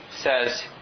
says